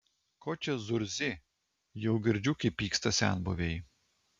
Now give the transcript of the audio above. ko čia zurzi jau girdžiu kaip pyksta senbuviai